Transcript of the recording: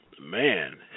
Man